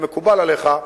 אם מקובל עליך,